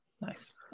nice